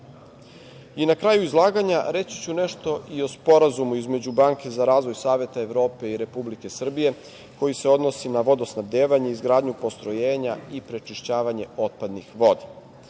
kraju izlaganja reći ću nešto o Sporazumu između Banke za razvoj Saveta Evrope i Republike Srbije, koji se odnosi na vodosnabdevanje, izgradnju postrojenja i prečišćavanje otpadnih voda.